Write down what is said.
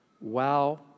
Wow